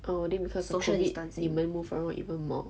oh then because COVID 你们 move around even more